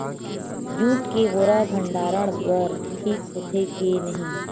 Jute के बोरा भंडारण बर ठीक होथे के नहीं?